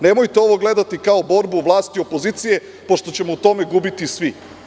Nemojte ovo gledati kao borbu vlasi i opozicije, pošto ćemo u tome gubiti svi.